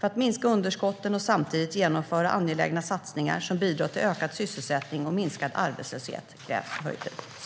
För att kunna minska underskotten och samtidigt genomföra angelägna satsningar som bidrar till ökad sysselsättning och minskad arbetslöshet krävs